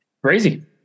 crazy